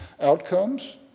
outcomes